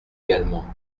également